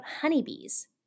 honeybees